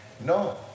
No